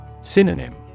Synonym